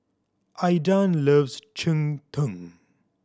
Aydan loves cheng tng